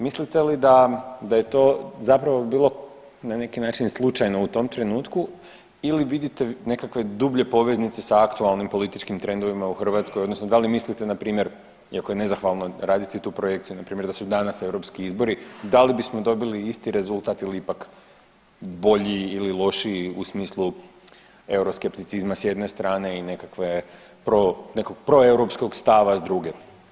Mislite li da je to zapravo bilo na neki način slučajno u tom trenutku ili vidite nekakve dublje poveznice sa aktualnim političkim trendovima u Hrvatskoj odnosno da li mislite npr. iako je nezahvalno raditi tu projekciju npr. da su danas europski izbori da li bismo isti rezultat ili ipak bolji ili lošiji u smislu euroskepticizma s jedne strane i nekakve nekog proeuropskog stava s druge?